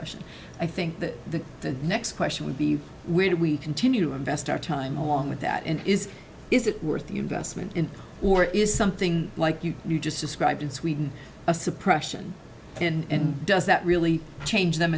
aggression i think that the next question would be where did we continue to invest our time along with that and is is it worth the investment in or is something like you you just described in sweden a suppression and does that really change them